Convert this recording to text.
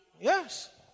Yes